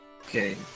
Okay